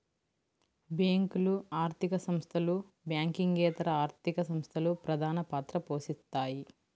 బ్యేంకులు, ఆర్థిక సంస్థలు, బ్యాంకింగేతర ఆర్థిక సంస్థలు ప్రధానపాత్ర పోషిత్తాయి